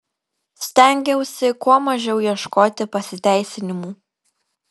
stengiausi kuo mažiau ieškoti pasiteisinimų